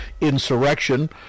insurrection